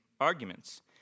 arguments